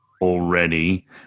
already